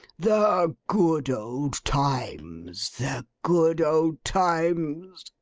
the good old times, the good old times